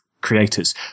creators